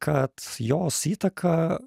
kad jos įtaka